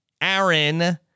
Aaron